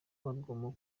warwo